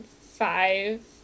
five